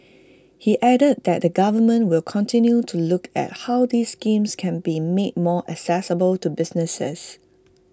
he added that the government will continue to look at how these schemes can be made more accessible to businesses